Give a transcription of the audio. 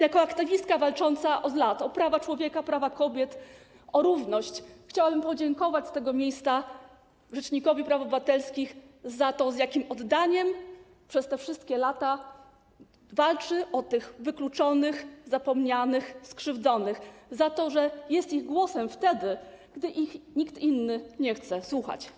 Jako aktywistka walcząca od lat o prawa człowieka, prawa kobiet, o równość, chciałabym z tego miejsca podziękować rzecznikowi praw obywatelskich za to, z jakim oddaniem przez te wszystkie lata walczy o wykluczonych, zapomnianych, skrzywdzonych, za to, że jest ich głosem wtedy, gdy nikt inny nie chce ich słuchać.